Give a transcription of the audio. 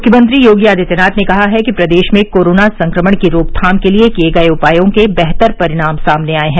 मुख्यमंत्री योगी आदित्यनाथ ने कहा है कि प्रदेश में कोरोना संक्रमण की रोकथाम के लिए किए गए उपायों के बेहतर परिणाम सामने आए हैं